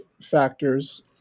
factors